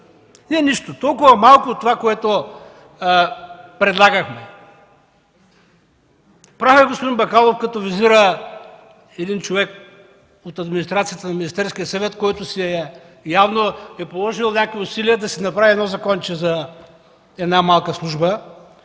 не нищо, но много малко от това, което предлагахме. Прав е господин Бакалов, като визира един човек от администрацията на Министерския съвет, който явно е положил усилия да направи законче за една малка служба.